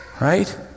right